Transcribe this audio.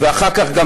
ואחר כך גם